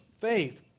faith